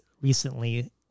recently